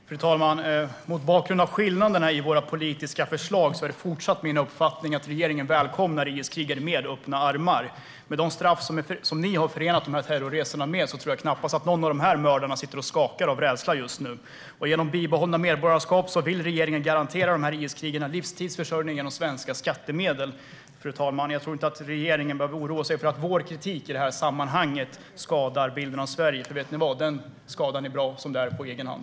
Fru talman! Mot bakgrund av skillnaderna i våra politiska förslag är det fortfarande min uppfattning att regeringen välkomnar IS-krigare med öppna armar. Med de straff som regeringen har förenat terrorresorna med tror jag knappast att någon av de mördarna sitter och skakar av rädsla just nu. Genom bibehållna medborgarskap vill regeringen garantera IS-krigarna livstids försörjning med hjälp av svenska skattemedel. Fru talman! Jag tror inte att regeringen behöver oroa sig för att vår kritik i det här sammanhanget skadar bilden av Sverige. Vet ni vad? Den skadar de bra på egen hand.